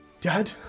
Dad